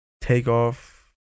Takeoff